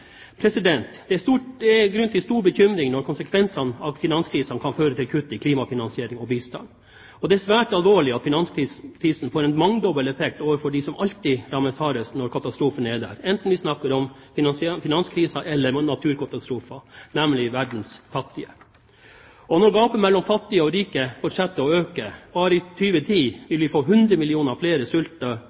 Det er grunn til stor bekymring når konsekvensene av finanskrisen kan bli kutt i klimafinansiering og bistand. Det er svært alvorlig at finanskrisen får en mangedobbelt effekt overfor dem som alltid rammes hardest når katastrofen er der, enten vi snakker om finanskrisen eller naturkatastrofer, nemlig verdens fattige. Når gapet mellom fattige og rike fortsetter å øke – bare i 2010 vil vi få 100 millioner flere